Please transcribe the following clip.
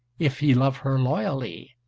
if he love her loyally.